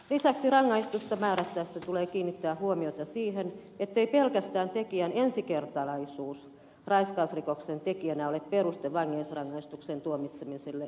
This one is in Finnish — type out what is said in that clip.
lisäksi rangaistusta määrättäessä tulee kiinnittää huomiota siihen ettei pelkästään tekijän ensikertalaisuus raiskausrikoksen tekijänä ole peruste vankeusrangaistuksen tuomitsemiselle ehdollisena